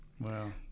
Wow